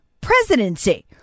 presidency